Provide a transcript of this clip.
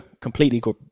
completely